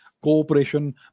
cooperation